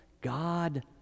God